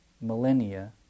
millennia